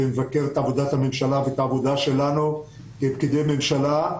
והיא מבקרת את עבודת הממשלה ואת העבודה שלנו כפקידי ממשלה,